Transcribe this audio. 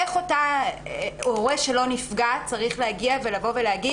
איך אותו הורה שלא נפגע צריך להגיע ולהגיד